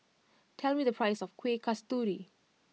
tell me the price of Kueh Kasturi